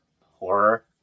horror